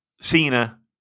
Cena